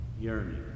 yearning